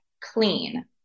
clean